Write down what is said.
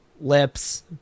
Lips